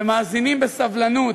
ומאזינים בסבלנות